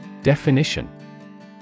Definition